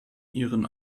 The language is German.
ihren